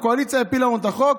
הקואליציה הפילה לנו את החוק,